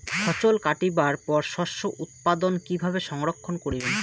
ফছল কাটিবার পর শস্য উৎপাদন কিভাবে সংরক্ষণ করিবেন?